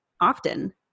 often